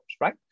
right